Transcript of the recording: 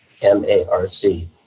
M-A-R-C